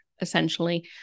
essentially